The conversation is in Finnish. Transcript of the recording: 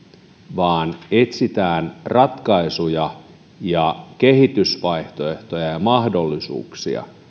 vaan etsitään ratkaisuja ja kehitysvaihtoehtoja ja mahdollisuuksia